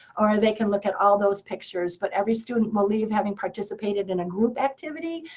or they can look at all those pictures. but every student will leave having participated in a group activity,